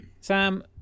sam